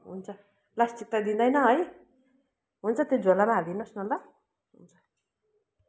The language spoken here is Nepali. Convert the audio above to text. हुन्छ प्लास्टिक त दिँदैन है हुन्छ त्यो झोलामा हालिदिनु होस् न ल हुन्छ